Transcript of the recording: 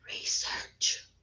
research